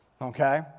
Okay